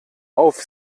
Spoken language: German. auf